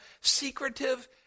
secretive